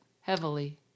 heavily